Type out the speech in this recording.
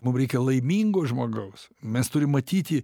mum reikia laimingo žmogaus mes turim matyti